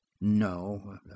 No